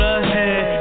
ahead